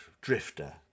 drifter